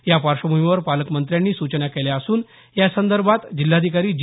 यापार्श्वभूमीवर पालकमंत्र्यांनी सूचना केल्या असून यासंदर्भात जिल्हाधिकारी जी